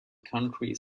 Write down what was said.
county